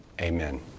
amen